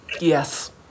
yes